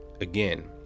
again